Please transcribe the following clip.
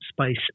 space